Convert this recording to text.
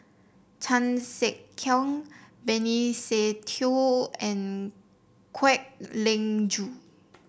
Chan Sek Keong Benny Se Teo and Kwek Leng Joo